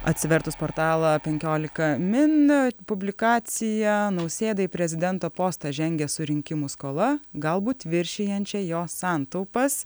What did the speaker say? atsivertus portalą penkiolika min publikacija nausėdai prezidento postą žengia surinkimu skola galbūt viršijančia jo santaupas